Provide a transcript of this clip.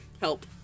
help